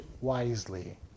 wisely